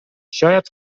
شاید